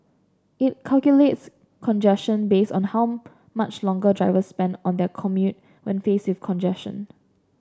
it calculates congestion based on how much longer drivers spend on their commute when face with congestion